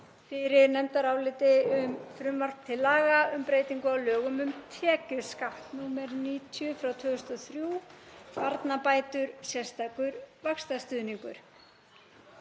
fyrir nefndaráliti um frumvarp til laga um breytingu á lögum um tekjuskatt, nr. 90/2003, barnabætur, sérstakur vaxtastuðningur.